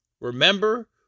remember